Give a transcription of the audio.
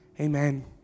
Amen